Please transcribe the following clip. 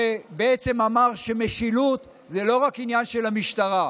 שבעצם אמר שמשילות זה לא רק עניין של המשטרה,